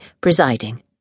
presiding